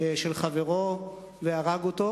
של חברו והרג אותו.